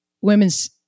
women's